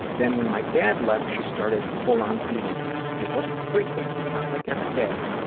then when my dad left, she started full-on beating me. it wasn't frequent, not like every day,